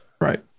Right